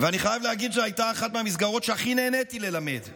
אני חייב להגיד שזאת הייתה אחת מהמסגרות שהכי נהניתי ללמד בהן.